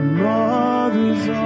mother's